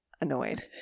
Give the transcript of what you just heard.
annoyed